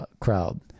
crowd